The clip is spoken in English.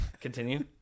continue